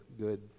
good